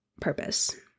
purpose